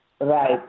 Right